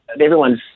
everyone's